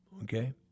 Okay